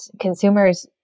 consumers